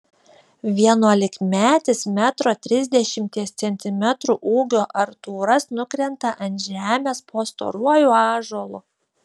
vienuolikmetis metro trisdešimties centimetrų ūgio artūras nukrenta ant žemės po storuoju ąžuolu